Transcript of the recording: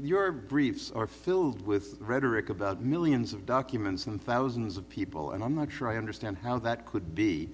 your briefs are filled with rhetoric about millions of documents and thousands of people and i'm not sure i understand how that could be